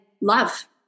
love